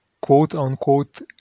quote-unquote